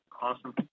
Awesome